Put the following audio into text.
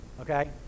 Okay